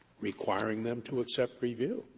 requiring them to accept review,